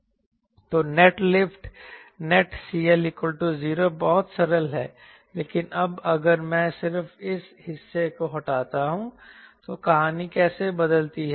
तो net lift net CL 0 बहुत सरल है लेकिन अब अगर मैं सिर्फ इस हिस्से को हटाता हूं तो कहानी कैसे बदलती है